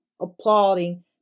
applauding